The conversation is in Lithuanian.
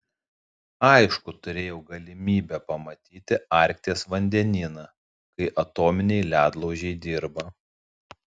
aišku turėjau galimybę pamatyti arkties vandenyną kai atominiai ledlaužiai dirba